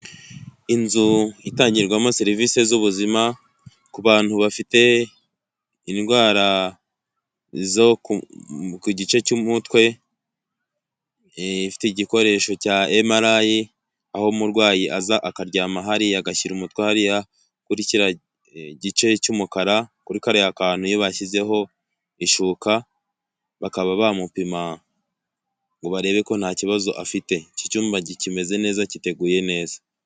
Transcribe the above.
Inzu itangirwamo serivisi z'ubuzima ku bantu bafite indwara ku gice cy'umutwe ifite igikoresho cya emaralayi aho umurwayi aza akaryama hariya agashyira umutware kuri kiriya gice cy'umukara kuri kariya kantu iyo bashyizeho ishuka bakaba bamupima ngo barebe ko nta kibazo afite iki cyumba kimeze neza giteguye neza.